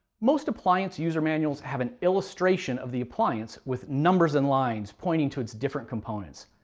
most appliance user manuals have an illustration of the appliance with numbers and lines pointing to its different components.